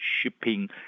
shipping